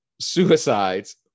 suicides